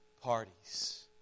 parties